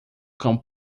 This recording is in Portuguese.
cão